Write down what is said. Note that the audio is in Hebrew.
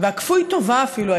הכפוי-טובה אפילו,